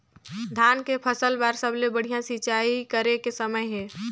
धान के फसल बार सबले बढ़िया सिंचाई करे के समय हे?